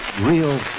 real